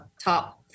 top